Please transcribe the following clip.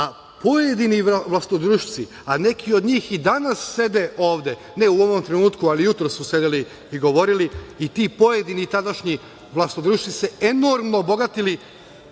a pojedini vlastodršci, neki od njih i danas sede ovde, ne u ovom trenutku, ali jutros su sedeli i govorili, i ti pojedini tadašnji vlastodršci se enormno bogatili